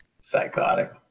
Psychotic